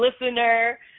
listener